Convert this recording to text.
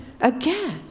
again